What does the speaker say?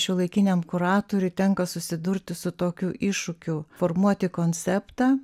šiuolaikiniam kuratoriui tenka susidurti su tokiu iššūkiu formuoti konceptą